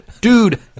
Dude